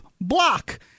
Block